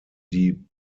die